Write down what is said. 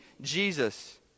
Jesus